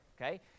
okay